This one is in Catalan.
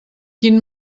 quin